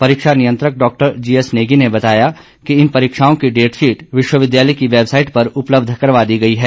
परीक्षा नियंत्रक doctor GS Negi ने बताया कि इन परीक्षाओं की डेटशीट विश्वविद्यालय की वेबसाईट पर उपलब्ध करवा दी गई है